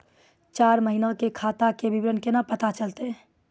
चार महिना के खाता के विवरण केना पता चलतै?